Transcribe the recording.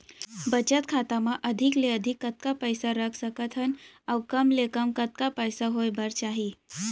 बचत खाता मा अधिक ले अधिक कतका पइसा रख सकथन अऊ कम ले कम कतका पइसा होय बर चाही?